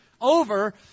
over